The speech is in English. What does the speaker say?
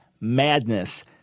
madness